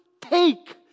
take